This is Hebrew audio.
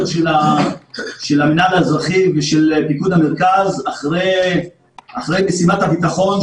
של המינהל האזרחי ושל פיקוד המרכז אחרי משימת הביטחון,